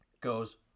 goes